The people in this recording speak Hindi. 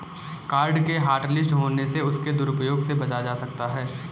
कार्ड के हॉटलिस्ट होने से उसके दुरूप्रयोग से बचा जा सकता है